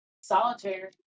solitaire